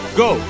go